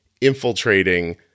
infiltrating